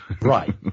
Right